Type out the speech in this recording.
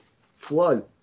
flood